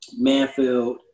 Manfield